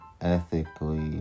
ethically